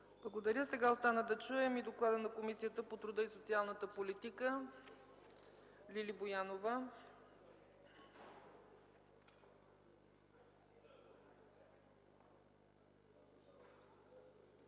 Благодаря. Сега остана да чуем и Доклада на Комисията по труда и социалната политика. Госпожо Боянова,